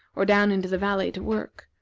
or down into the valley to work,